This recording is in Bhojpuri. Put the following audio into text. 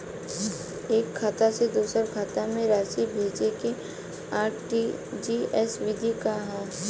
एकह खाता से दूसर खाता में राशि भेजेके आर.टी.जी.एस विधि का ह?